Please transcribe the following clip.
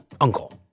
Uncle